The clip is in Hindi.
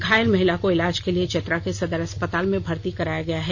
घायल महिला को इलाज के लिए चतरा के सदर अस्पताल में भर्ती कराया गया है